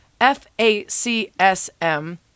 f-a-c-s-m